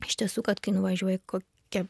iš tiesų kad kai nuvažiuoji į kokiį